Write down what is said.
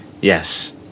yes